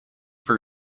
for